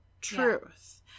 truth